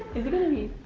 is it gonna be?